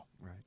Right